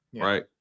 Right